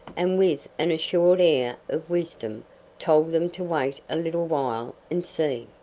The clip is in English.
and with an assured air of wisdom told them to wait a little while and see.